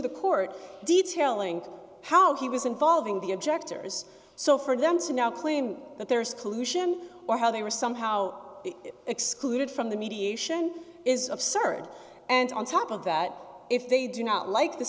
the court detailing how he was involving the objectors so for them to now claim that there is collusion or how they were somehow excluded from the mediation is absurd and on top of that if they do not like the